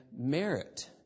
merit